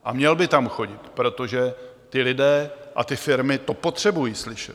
A měl by tam chodit, protože lidé a firmy to potřebují slyšet.